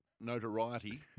notoriety